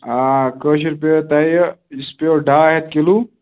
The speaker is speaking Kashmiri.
آ کٲشُر پیٚوٕ تۄہہِ سُہ پیٚوٕ ڈاے ہَتھ کِلوٗ